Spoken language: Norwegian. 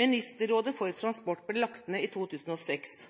Ministerrådet for transport ble lagt ned i 2006,